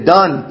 done